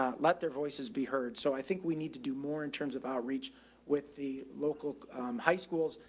um let their voices be heard. so i think we need to do more in terms of outreach with the local high schools,